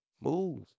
move